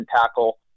tackle